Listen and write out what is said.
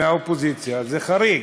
זה חריג.